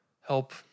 help